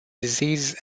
disease